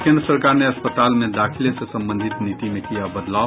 और केन्द्र सरकार ने अस्पताल में दाखिले से संबंधित नीति में किया बदलाव